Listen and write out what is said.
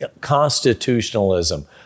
constitutionalism